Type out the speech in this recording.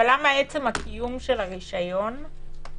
אבל למה עצם הקיום של הרישיון משנה?